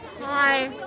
Hi